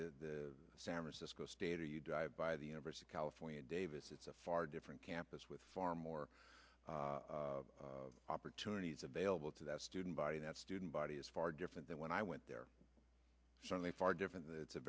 the san francisco state or you drive by the universe of california davis it's a far different campus with far more opportunities available to the student body that student body is far different than when i went there certainly far different it's a